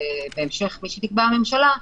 ובהמשך מי שתקבע הממשלה,